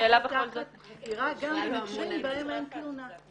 השאלה -- חקירה גם במקרים בהם אין תלונה.